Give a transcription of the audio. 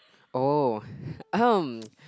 oh